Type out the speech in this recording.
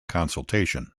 consultation